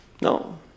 No